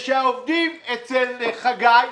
ושהעובדים אצל חגי,